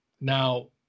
Now